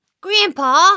Grandpa